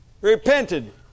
repented